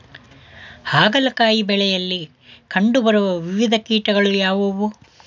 ಹಾಗಲಕಾಯಿ ಬೆಳೆಯಲ್ಲಿ ಕಂಡು ಬರುವ ವಿವಿಧ ಕೀಟಗಳು ಯಾವುವು?